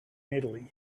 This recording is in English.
italy